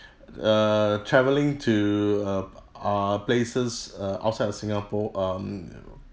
err travelling to uh err places uh outside of singapore um